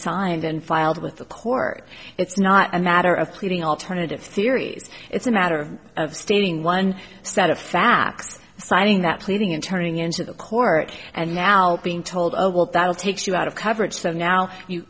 signed and filed with the court it's not a matter of pleading alternative theory it's a matter of standing one set of facts signing that pleading and turning into the court and now being told that will takes you out of coverage so now you